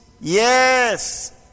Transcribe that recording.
Yes